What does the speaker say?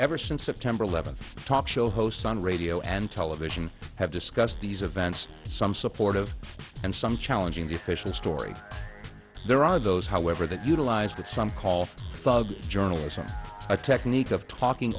ever since september eleventh talk show hosts on radio and television have discussed these events some supportive and some challenging the official story there are those however that utilize what some call thug journalism a technique of talking